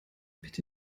bitte